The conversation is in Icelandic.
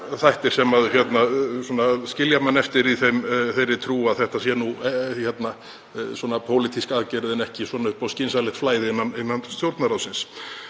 þættir sem skilja mann eftir í þeirri trú að þetta sé pólitísk aðgerð en ekki gert upp á skynsamlegt flæði innan Stjórnarráðsins.